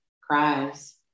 cries